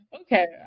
Okay